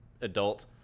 adult